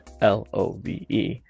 L-O-V-E